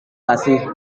kasih